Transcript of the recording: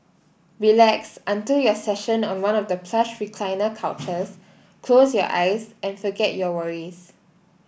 relax until your session on one of the plush recliner couches close your eyes and forget your worries